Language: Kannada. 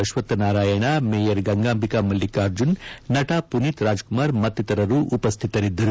ಅಶ್ವಥನಾರಾಯಣ ಮೇಯರ್ ಗಂಗಾಂಭಿಕಾ ಮಲ್ಲಿಕಾರ್ಜುನ್ ನಟ ಪುನೀತ್ ರಾಜ್ ಕುಮಾರ್ ಮತ್ತಿತರರು ಉಪಸ್ವಿತರಿದ್ದರು